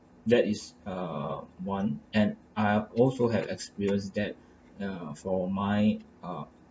that is uh one and I also have experienced that uh for my uh